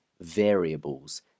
Variables